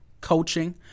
Coaching